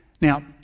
Now